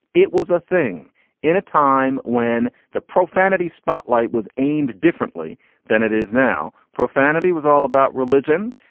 it was a thing in a time when the profanity spotlight was aimed differently than it is now. profanity was all about religion,